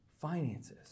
finances